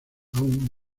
aún